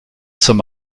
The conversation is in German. zum